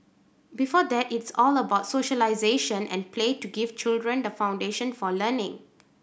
before that it is all about socialisation and play to give children the foundation for learning